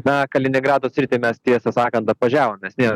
na kaliningrado sritį mes tiesą sakant apvažiavom nes nėra